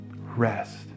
Rest